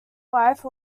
wife